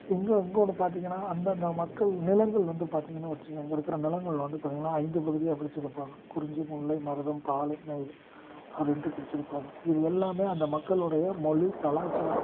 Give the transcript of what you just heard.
இங்கு இங்கு ஒன்று பார்த்தீங்கன்னா அந்தந்த மக்கள் நிலங்கள் வந்து பார்த்தீங்கன்னா வச்சீங்க இங்கே இருக்கிற நிலங்கள் வந்து பார்த்தீங்கன்னா ஐந்து பகுதியாக பிரிச்சுருப்பாங்க குறிஞ்சி முல்லை மருதம் பாலை நெய்தல் அப்படின்ட்டு பிரிச்சுருப்பாங்க இது எல்லாமே அந்த மக்களுடைய மொழி கலாச்சாரம்